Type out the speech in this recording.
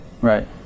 Right